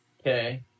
Okay